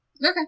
Okay